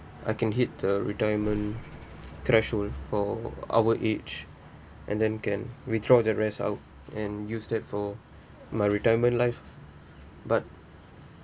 I can hit the retirement threshold for our age and then can withdraw the rest out and use that for my retirement life but